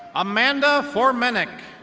amanda formenick.